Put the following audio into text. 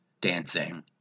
dancing